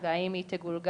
עלויות והאם היא תגולגל,